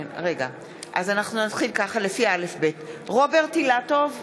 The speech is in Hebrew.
(קוראת בשמות חברי הכנסת) רוברט אילטוב,